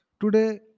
today